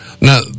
now